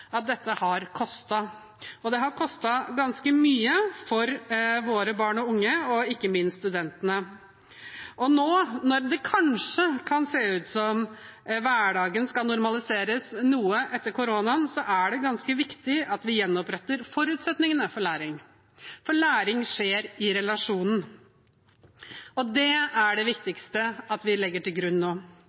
at dette har kostet, og det har kostet ganske mye for våre barn og unge og ikke minst for studentene. Nå når det kanskje kan se ut som om hverdagen skal normaliseres noe etter koronaen, er det ganske viktig at vi gjenoppretter forutsetningene for læring, for læring skjer i relasjonen. Det er det viktigste vi legger til grunn nå.